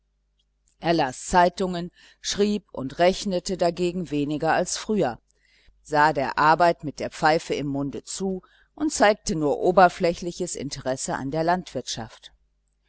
las zeitungen schrieb und rechnete dagegen weniger als früher sah der arbeit mit der pfeife im munde zu und zeigte nur oberflächliches interesse für die landwirtschaft